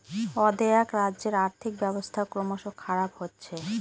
অ্দেআক রাজ্যের আর্থিক ব্যবস্থা ক্রমস খারাপ হচ্ছে